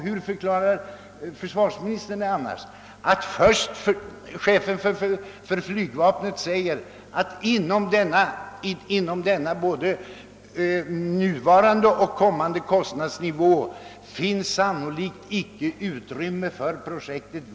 Hur förklarar försvarsministern annars, att chefen för flygvapnet har kunnat framhålla att det inom den nuvarande och kommande kostnadsnivån sannolikt icke finns utrymme för Viggenprojektet?